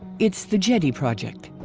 it's the djedi project.